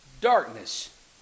darkness